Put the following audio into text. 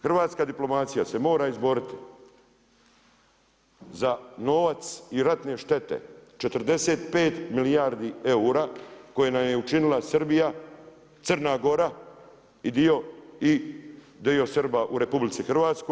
Hrvatska diplomacija se mora izboriti za novac i ratne štete, 45 milijardi eura koje nam je učinila Srbija, Crna Gora i dio Srba u RH.